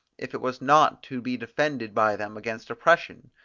if it was not to be defended by them against oppression,